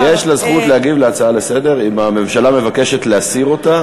יש לה זכות להגיב בהצעה לסדר-היום אם הממשלה מבקשת להסיר אותה,